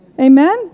Amen